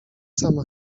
sama